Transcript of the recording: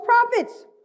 prophets